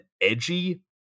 edgy